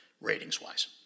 ratings-wise